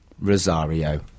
Rosario